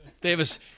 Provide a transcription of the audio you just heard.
Davis